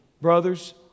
brothers